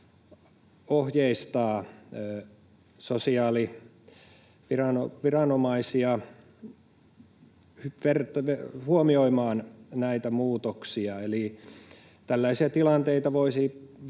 ohjeistaa sosiaaliviranomaisia huomioimaan näitä muutoksia, eli tällaisia tilanteita voisivat